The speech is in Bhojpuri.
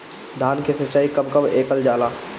धान के सिचाई कब कब कएल जाला?